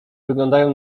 wyglądają